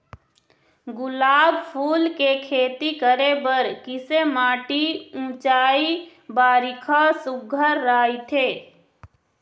गुलाब फूल के खेती करे बर किसे माटी ऊंचाई बारिखा सुघ्घर राइथे?